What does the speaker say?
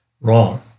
Wrong